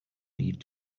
need